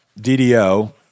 DDO